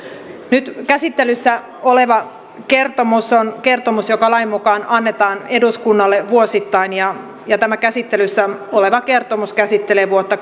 nyt käsittelyssä oleva kertomus on kertomus joka lain mukaan annetaan eduskunnalle vuosittain ja ja tämä käsittelyssä oleva kertomus käsittelee vuotta